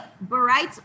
Bright